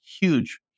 huge